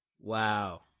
wow